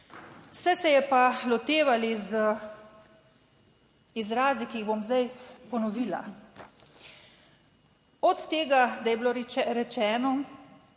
ste se je pa lotevali z izrazi, ki jih bom zdaj ponovila. Od tega, da je bilo rečeno